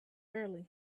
early